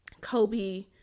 kobe